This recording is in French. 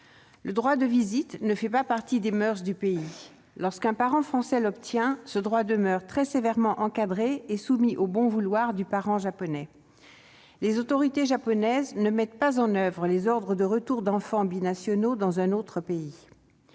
le droit de visite ne fait pas partie des moeurs du pays. Lorsqu'un parent français l'obtient, ce droit demeure très sévèrement encadré et soumis au bon vouloir du parent japonais. Par ailleurs, les autorités japonaises ne mettent pas en oeuvre les ordres de retour d'enfants binationaux dans un autre pays.